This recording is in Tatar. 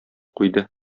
куйды